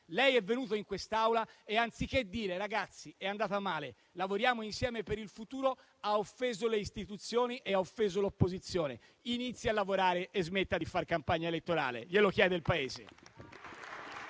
Lei è venuto in quest'Aula e, anziché dire "ragazzi, è andata male, lavoriamo insieme per il futuro", ha offeso le istituzioni e ha offeso l'opposizione. Inizi a lavorare e smetta di far campagna elettorale: glielo chiede il Paese.